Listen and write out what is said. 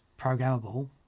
programmable